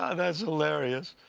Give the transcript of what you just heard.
ah that's hilarious.